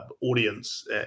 audience